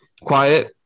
quiet